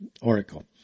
Oracle